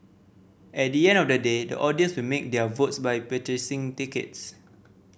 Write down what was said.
at the end of the day the audience will make their votes by purchasing tickets